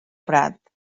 prat